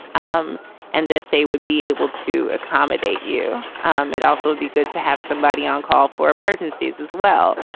um and that they would be able to accommodate you. um it also would be good to have somebody on call for emergencies as well.